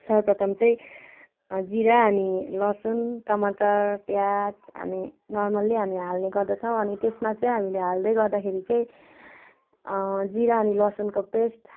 सर्वप्रथम चाहिँ जिरा अनि लसुन टमाटर प्याज अनि नर्मल्ली हामी हाल्ने गर्दछौँ अनि त्यसमा चाहिँ हामीले हाल्दै गर्दाखेरि चाहिँ जिरा अनि लसुनको पेस्ट